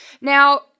Now